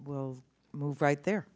we'll move right there